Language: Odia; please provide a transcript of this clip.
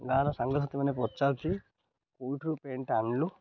ଗାଁର ସାଙ୍ଗ ସାଥିମାନେ ପଚାରୁଛି କେଉଁଠାରୁ ପ୍ୟାଣ୍ଟ୍ ଆଣିଲୁ